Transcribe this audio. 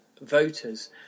voters